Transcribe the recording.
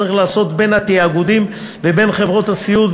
וצריך לעשות בין התאגידים ובין חברות הסיעוד,